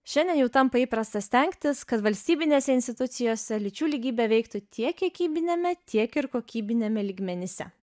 šiandien jau tampa įprasta stengtis kad valstybinėse institucijose lyčių lygybė veiktų tiek kiekybiniame tiek ir kokybiniame lygmenyse